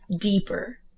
deeper